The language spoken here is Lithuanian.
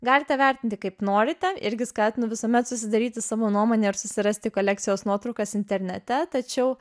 galite vertinti kaip norite irgi skatinu visuomet susidaryti savo nuomonę ar susirasti kolekcijos nuotraukas internete tačiau